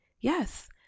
yes